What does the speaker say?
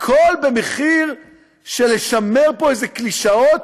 הכול במחיר של לשמר פה איזשהן קלישאות,